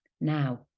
Now